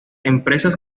empresas